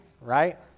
right